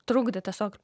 trukdė tiesiog